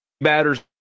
batters